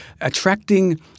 attracting